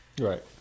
Right